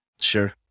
Sure